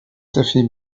تفي